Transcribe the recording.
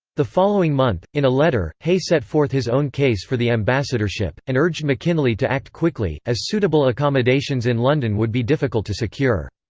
the following month, in a letter, hay set forth his own case for the ambassadorship, and urged mckinley to act quickly, as suitable accommodations in london would be difficult to secure.